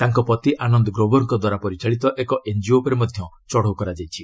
ତାଙ୍କ ପତି ଆନନ୍ଦ ଗ୍ରୋଭର୍ଙ୍କ ଦ୍ୱାରା ପରିଚାଳିତ ଏକ ଏନ୍ଜିଓ ଉପରେ ମଧ୍ୟ ଚଢ଼ଉ କରାଯାଇଛି